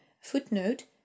Footnote